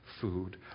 food